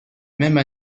même